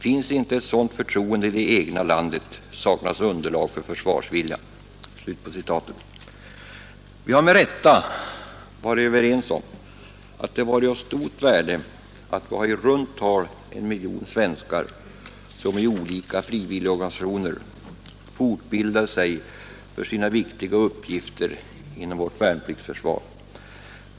Finns inte ett sådant förtroende i det egna landet, saknas underlag för försvarsviljan.” Vi har med rätta varit överens om att det har varit av stort värde att i runt tal en miljon svenskar i olika frivilligorganisationer fortbildar sig för sina viktiga uppgifter inom vårt värnpliktsförsvar.